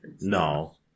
No